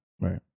Right